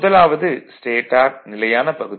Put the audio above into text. முதலாவது ஸ்டேடார் நிலையான பகுதி